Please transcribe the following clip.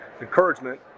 encouragement